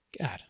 God